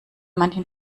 manchen